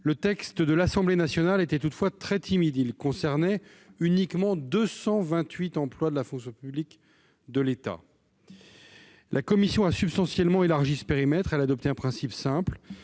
Le texte de l'Assemblée nationale était toutefois très timide : il concernait uniquement 228 emplois de la fonction publique d'État. La commission a substantiellement élargi ce périmètre. Elle a adopté un principe simple